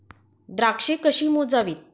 द्राक्षे कशी मोजावीत?